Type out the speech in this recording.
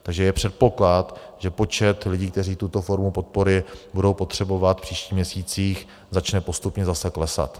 Takže je předpoklad, že počet lidí, kteří tuto formu podpory budou potřebovat v příštích měsících, začne postupně zase klesat.